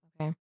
Okay